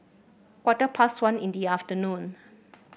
quarter past one in the afternoon